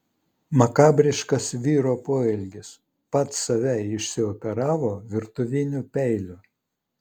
makabriškas vyro poelgis pats save išsioperavo virtuviniu peiliu